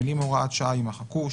המילים "הוראת שעה" יימחקו,